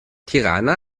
tirana